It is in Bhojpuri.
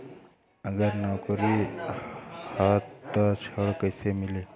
अगर नौकरी ह त ऋण कैसे मिली?